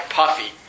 puffy